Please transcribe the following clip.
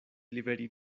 liveri